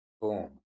Boom